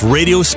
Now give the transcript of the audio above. Radio